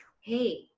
hey